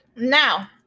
Now